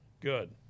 good